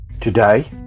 Today